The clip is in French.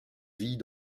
vit